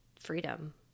freedom